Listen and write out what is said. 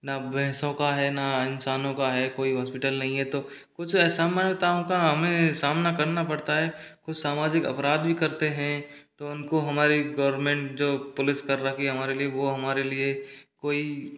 ना भैंसों का है ना इंसानों का है कोई हॉस्पिटल नहीं है तो कुछ असमर्थताओं का हमें सामना करना पड़ता है कुछ सामाजिक अपराध भी करते हैं तो उनको हमारी गौर्मेंट जो पुलिस कर रखी है हमारे लिए वो हमारे लिए कोई